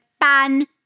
ban